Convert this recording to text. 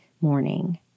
morning